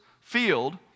field